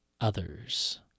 others